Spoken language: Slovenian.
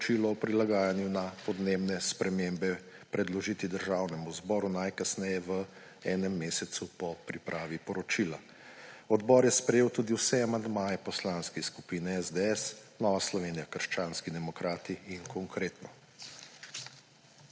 o prilagajanju na podnebne spremembe predložiti Državnemu zboru najkasneje v enem mesecu po pripravi poročila. Odbor je sprejel tudi vse amandmaje poslanskih skupin SDS, Nova Slovenija – krščanski demokrati in Konkretno.